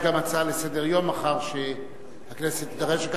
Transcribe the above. יש גם הצעה לסדר-היום מחר, שהכנסת תידרש לכך.